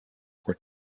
were